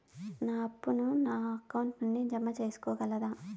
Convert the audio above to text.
నా అప్పును నా అకౌంట్ నుండి జామ సేసుకోగలరా?